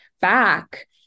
back